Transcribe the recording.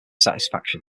satisfaction